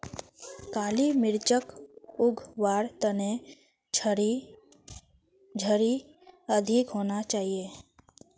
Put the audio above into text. काली मिर्चक उग वार तने झड़ी अधिक होना चाहिए